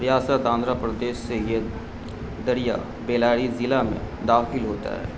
ریاست آندھرا پردیش سے یہ دریا بیلائی ضلع میں داخل ہوتا ہے